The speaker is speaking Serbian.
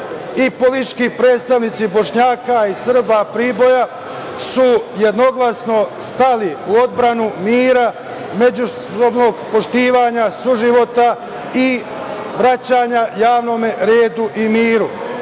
i politički predstavnici Bošnjaka i Srba Priboja su jednoglasno stali u odbranu mira, međusobnog poštovanja, suživota i vraćanja javnom redu i miru. Ono